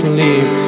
leave